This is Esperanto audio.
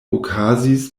okazis